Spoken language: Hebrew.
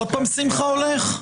עוד פעם שמחה הולך?